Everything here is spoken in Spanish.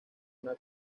una